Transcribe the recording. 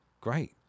great